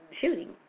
shooting